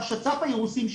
שצ"ף האירוסים,